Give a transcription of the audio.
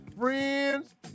friends